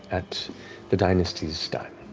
at the dynasty's dime.